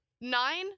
Nine